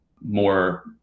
more